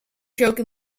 joke